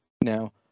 Now